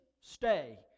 stay